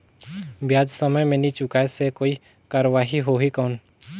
ब्याज समय मे नी चुकाय से कोई कार्रवाही होही कौन?